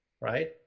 right